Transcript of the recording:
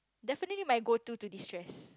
definitely my go to to destress